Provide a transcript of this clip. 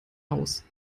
aus